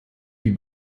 die